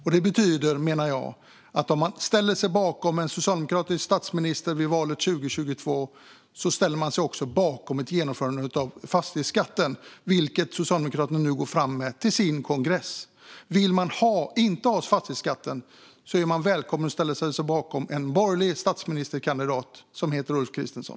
Så ställer man sig bakom en socialdemokratisk statsminister i valet 2022 ställer man sig också bakom ett införande av fastighetsskatt, vilket Socialdemokraterna går fram med till sin kongress. Vill man inte ha fastighetsskatt är man välkommen att ställa sig bakom den borgerliga statsministerkandidaten Ulf Kristersson.